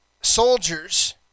soldiers